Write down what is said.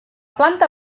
planta